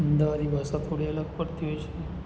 અમદાવાદી ભાષા થોડી અલગ પડતી હોય છે